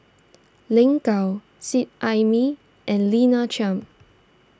Lin Gao Seet Ai Mee and Lina Chiam